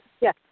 Yes